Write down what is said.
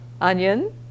onion